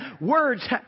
Words